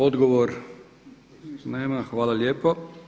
Odgovor, nema, hvala lijepo.